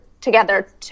together